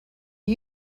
are